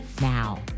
now